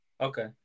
Okay